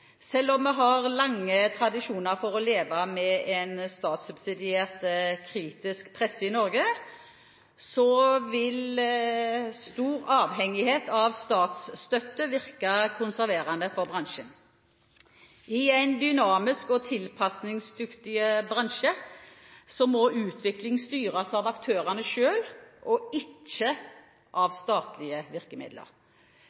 Selv om vi har lange tradisjoner for å leve med en statssubsidiert kritisk presse i Norge, vil stor avhengighet av statsstøtte virke konserverende for bransjen. I en dynamisk og tilpasningsdyktig bransje må utviklingen styres av aktørene selv – ikke